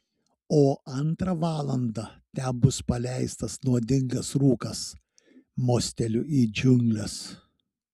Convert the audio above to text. o antrą valandą ten bus paleistas nuodingas rūkas mosteliu į džiungles